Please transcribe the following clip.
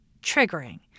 triggering